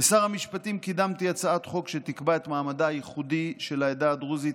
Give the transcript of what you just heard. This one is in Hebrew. כשר המשפטים קידמתי הצעת חוק שתקבע את מעמדה הייחודי של העדה הדרוזית